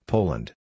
Poland